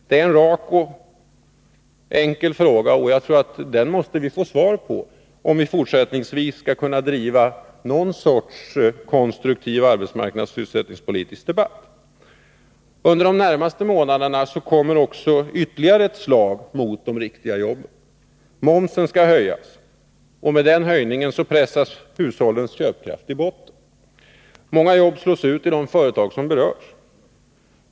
Det är en rak och enkel fråga, och jag tror att vi måste få svar på den, om vi fortsättningsvis skall kunna driva någon sorts konstruktiv arbetsmarknadsoch sysselsättningspolitisk debatt. Under de närmaste månaderna kommer också ytterligare ett slag mot de riktiga jobben. Momsen skall höjas, och med den höjningen pressas hushållens köpkraft i botten. Många jobb slås ut i de företag som berörs.